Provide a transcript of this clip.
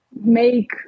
make